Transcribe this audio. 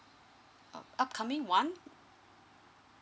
uh upcoming [one]